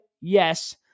yes